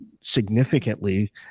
significantly